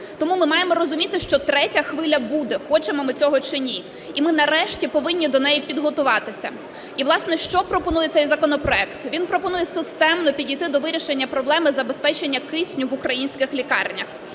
Тому ми маємо розуміти, що третя хвиля буде, хочемо ми цього чи ні, і ми нарешті повинні до неї підготуватися. І, власне, що пропонує цей законопроект? Він пропонує системно підійти до вирішення проблеми забезпечення кисню в українських лікарнях,